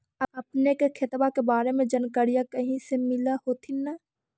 अपने के खेतबा के बारे मे जनकरीया कही से मिल होथिं न?